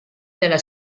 della